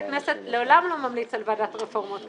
הכנסת לעולם לא ממליץ על ועדת הרפורמות,